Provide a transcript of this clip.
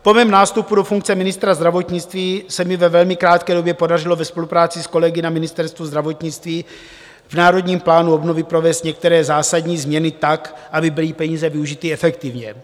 Po mém nástupu do funkce ministra zdravotnictví se mi ve velmi krátké době podařilo ve spolupráci s kolegy na Ministerstvu zdravotnictví v Národním plánu obnovy provést některé zásadní změny tak, aby byly peníze využity efektivně.